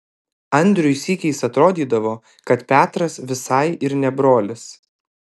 andriui sykiais atrodydavo kad petras visai ir ne brolis